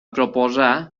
proposar